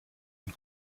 une